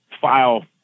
file